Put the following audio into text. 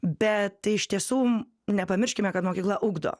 bet iš tiesų nepamirškime kad mokykla ugdo